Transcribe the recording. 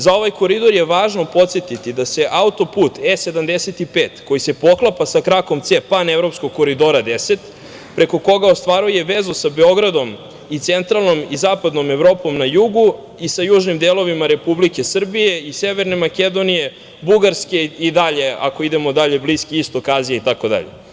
Za ovaj koridor je važno podsetiti da se auto-put E75, koji se poklapa sa krakom C panevropskog Koridora 10, preko koga ostvaruje vezu sa Beogradom i centralnom i zapadnom Evropom na jugu i sa južnim delovima Republike Srbije i Severne Makedonije, Bugarske, i dalje, ako i idemo dalje, Bliski Istok, Azija, itd.